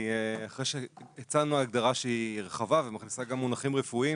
אחרי שהצענו הגדרה שהיא רחבה ומכניסה גם מונחים רפואיים